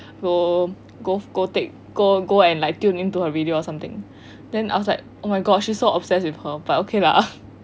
hmm go go take go go and like tune into her radio or something then I was like oh my god she's so obsessed with her but okay lah